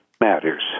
matters